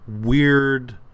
weird